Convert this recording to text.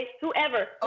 whoever